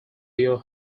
your